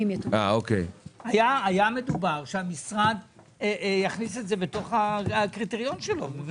היה מדובר על כך שהמשרד יכניס את זה בתוך הקריטריון שלו.